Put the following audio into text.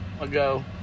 ago